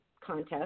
contest